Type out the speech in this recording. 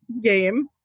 game